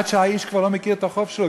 עד שהאיש כבר לא מכיר את החוב שלו.